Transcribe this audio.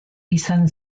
izan